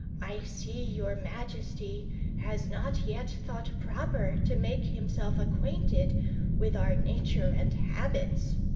i see your majesty has not yet thought proper to make himself acquainted with our nature and habits.